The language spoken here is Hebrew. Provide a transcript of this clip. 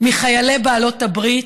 מחיילי בעלות הברית.